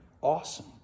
Awesome